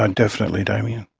um definitely, damien.